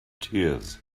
tears